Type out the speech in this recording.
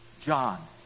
John